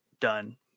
Done